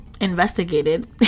investigated